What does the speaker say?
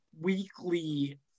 weekly